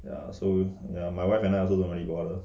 ya so ya my wife and I also don't really bother